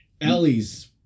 Ellie's